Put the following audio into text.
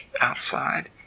outside